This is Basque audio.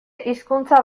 hizkuntza